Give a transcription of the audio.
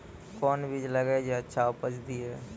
कोंन बीज लगैय जे अच्छा उपज दिये?